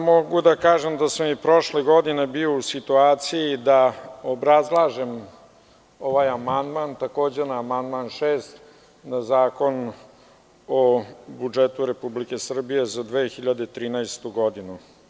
Mogu da kažem da sam i prošle godine bio u situaciji da obrazlažem ovaj amandman, takođe na član 6. na Zakon o budžetu Republike Srbije za 2013. godinu.